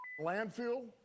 landfill